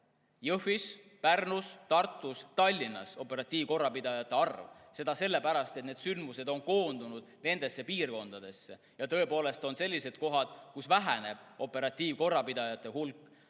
Jõhvis, Pärnus, Tartus ja Tallinnas operatiivkorrapidajate arv. Seda sellepärast, et need sündmused on koondunud nendesse piirkondadesse. Tõepoolest on ka sellised kohad, kus operatiivkorrapidajate hulk